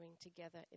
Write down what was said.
together